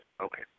Okay